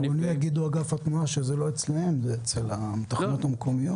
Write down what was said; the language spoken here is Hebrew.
אגף התנועה יגידו שזה לא אצלם, זה בתחנות המשטרה.